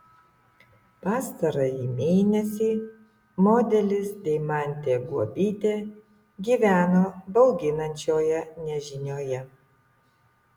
pastarąjį mėnesį modelis deimantė guobytė gyveno bauginančioje nežinioje